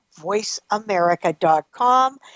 voiceamerica.com